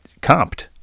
comped